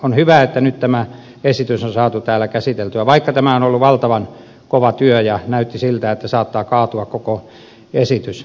on hyvä että nyt tämä esitys on saatu täällä käsiteltyä vaikka tämä on ollut valtavan kova työ ja näytti siltä että saattaa kaatua koko esitys